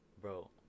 bro